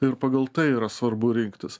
ir pagal tai yra svarbu rinktis